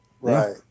Right